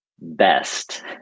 best